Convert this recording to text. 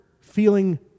feeling